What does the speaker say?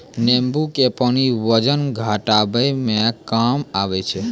नेंबू के पानी वजन घटाबै मे काम आबै छै